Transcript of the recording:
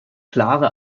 klare